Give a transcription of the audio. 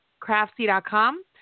craftsy.com